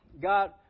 God